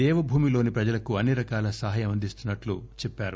దేవభూమిలోని ప్రజలకు అన్ని రకాల సహాయం అందిస్తున్నట్లు చెప్పారు